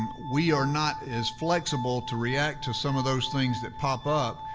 we are not as flexible to react to some of those things that pop up,